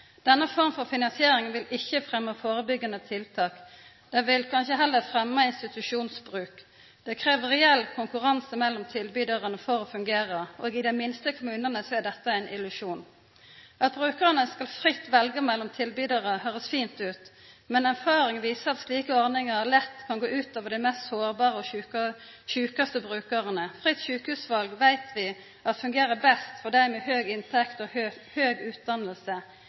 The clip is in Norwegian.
Denne forma for finansiering vil ikkje fremma førebyggjande tiltak. Det vil kanskje heller fremma institusjonsbruk. Det krev reell konkurranse mellom tilbydarane for å fungera, og i dei minste kommunane er dette ein illusjon. At brukarane fritt skal kunna velja mellom tilbydarar, høyrest fint ut, men erfaringa viser at slike ordningar lett kan gå ut over dei mest sårbare og sjukaste brukarane. Fritt sjukehusval veit vi fungerer best for dei med høg inntekt og høg